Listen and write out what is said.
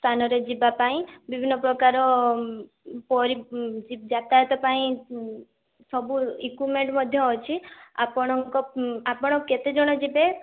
ସ୍ଥାନରେ ଯିବା ପାଇଁ ବିଭିନ୍ନ ପ୍ରକାର ପରି ଯି ଯାତାୟତ ପାଇଁ ସବୁ ଇକ୍ୟୁପମେଣ୍ଟ ମଧ୍ୟ ଅଛି ଆପଣଙ୍କ ଆପଣ କେତେ ଜଣ ଯିବେ